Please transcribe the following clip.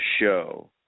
show